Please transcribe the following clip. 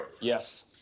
Yes